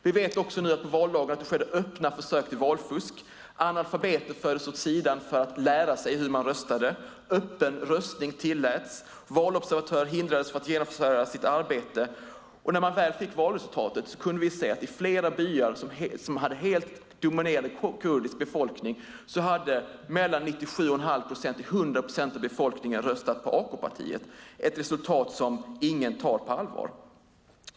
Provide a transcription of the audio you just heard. Vi vet nu också att det på valdagen skedde öppna försök till valfusk. Analfabeter fördes åt sidan för att lära sig hur man röstade. Öppen röstning tilläts. Valobservatörer hindrades från att genomföra sitt arbete, och när man väl fick valresultatet kunde vi se att i flera byar som hade en helt dominerande kurdisk befolkning hade mellan 97 1⁄2 procent och 100 procent röstat på AK-partiet - ett resultat som ingen tar på allvar.